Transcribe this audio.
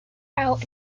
out